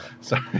Sorry